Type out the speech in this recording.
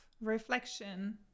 reflection